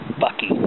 bucky